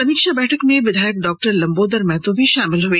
समीक्षा बैठक में विधायक डॉ लंबोदर महतो भी शामिल हुए